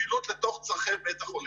פעילות לתוך צרכי בית החולים.